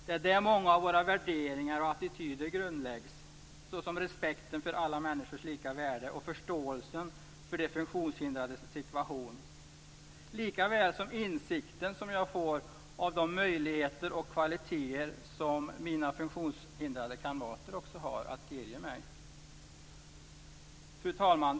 Det är där som många av våra värderingar och attityder grundläggs, såsom respekten för alla människors lika värde, förståelsen för de funktionshindrades situation och insikten om de möjligheter och kvaliteter som funktionshindrade kamrater har och som de kan delge mig. Fru talman!